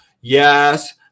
Yes